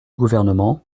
gouvernement